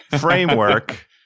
framework